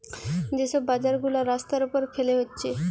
যে সব বাজার গুলা রাস্তার উপর ফেলে হচ্ছে